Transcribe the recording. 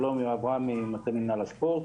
שלום, אני ממטה מינהל הספורט.